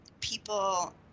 people